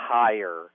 higher